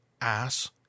ass